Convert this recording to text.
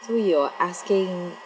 so you're asking